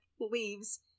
leaves